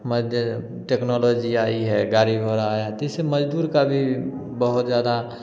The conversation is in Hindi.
माने टेक्नोलॉजी आई है गाड़ी घोड़ा आया है जिससे मज़दूर का भी बहुत ज़्यादा